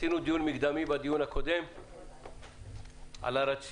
עשינו דיון מקדמי בדיון הקודם על הרציונל,